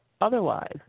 otherwise